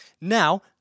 Now